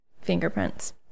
fingerprints